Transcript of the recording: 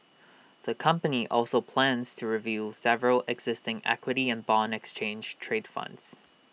the company also plans to review several existing equity and Bond exchange trade funds